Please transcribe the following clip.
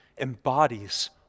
embodies